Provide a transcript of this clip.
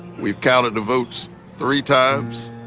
we've counted the votes three times,